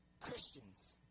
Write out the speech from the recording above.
Christians